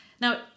Now